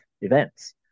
events